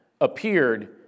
appeared